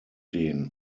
den